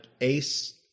Ace